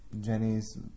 Jenny's